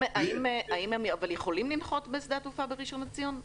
האם הם יכולים לנחות בשדה התעופה בראשון לציון?